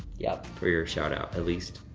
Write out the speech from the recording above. yup. for your shout-out at least.